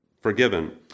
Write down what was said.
forgiven